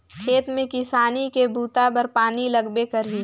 खेत में किसानी के बूता बर पानी लगबे करही